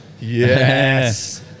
Yes